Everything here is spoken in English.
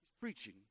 preaching